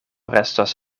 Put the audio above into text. restos